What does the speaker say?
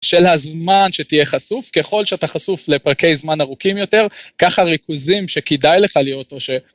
של הזמן שתהיה חשוף, ככל שאתה חשוף לפרקי זמן ארוכים יותר, כך הריכוזים שכדאי לך להיות או ש...